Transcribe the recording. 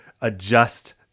adjust